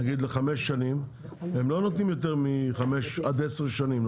למשל לחמש שנים הם לא נותנים יותר מחמש עד עשר שנים,